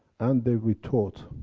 and they'll be taught